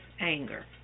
anger